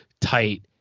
tight